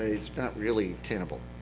it's not really tenable.